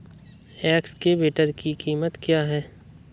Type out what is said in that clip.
Excavator की कीमत क्या है?